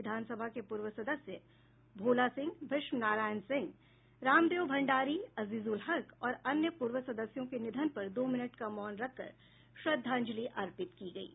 विधानसभा के पूर्व सदस्य भोला सिंह भीष्म नारायण सिंह रामदेव भंडारी अजीजूल हक और अन्य पूर्व सदस्यों के निधन पर दो मिनट का मौन रखकर श्रद्धांजलि अर्पित की गयी